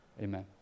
amen